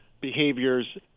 behaviors